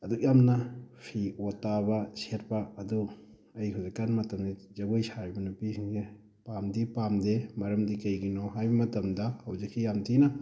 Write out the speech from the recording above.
ꯑꯗꯨꯛ ꯌꯥꯝꯅ ꯐꯤ ꯑꯣꯠ ꯇꯥꯕ ꯁꯦꯠꯄ ꯑꯗꯨ ꯑꯩ ꯍꯧꯖꯤꯛꯀꯥꯟ ꯃꯇꯝꯒꯤ ꯖꯒꯣꯏ ꯁꯥꯔꯤꯕ ꯅꯨꯄꯤꯁꯤꯡꯁꯤ ꯄꯥꯝꯗꯤ ꯄꯥꯝꯗꯦ ꯃꯔꯝꯗꯤ ꯀꯩꯒꯤꯅꯣ ꯍꯥꯏꯕ ꯃꯇꯝꯗ ꯍꯧꯖꯤꯛꯇꯤ ꯌꯥꯝ ꯊꯤꯅ